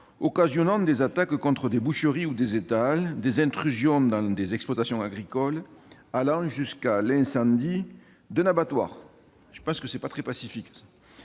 occasionnant des attaques contre des boucheries ou des étals, des intrusions dans des exploitations agricoles, allant jusqu'à l'incendie d'un abattoir. Voilà qui n'est pas très pacifique